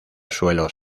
suelos